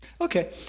Okay